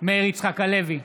מאיר יצחק הלוי,